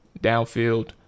downfield